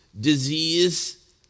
disease